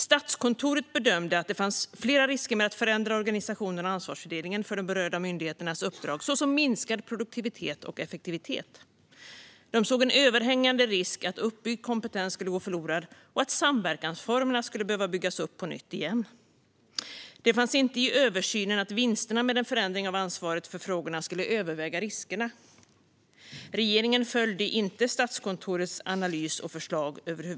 Statskontoret bedömde att det fanns flera risker med att förändra organisationen och ansvarsfördelningen för de berörda myndigheternas uppdrag, såsom minskad produktivitet och effektivitet. Man såg en överhängande risk att uppbyggd kompetens skulle gå förlorad och att samverkansformerna skulle behöva byggas upp på nytt igen. I översynen fanns inget om att vinsterna med en förändring av ansvaret för frågorna skulle överväga riskerna. Regeringen följde över huvud taget inte Statskontorets analys och förslag.